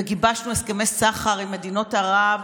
וגיבשנו הסכמי סחר עם מדינות ערב,